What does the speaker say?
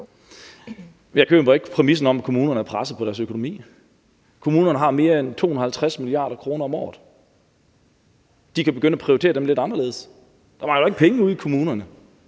Jeg køber ikke præmissen om, at kommunerne er presset på deres økonomi. Kommunerne har mere end 250 mia. kr. om året – de kan begynde at prioritere dem lidt anderledes. Der mangler jo ikke penge ude i kommunerne;